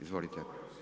Izvolite.